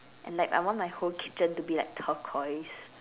and like I want my whole kitchen to be like turquoise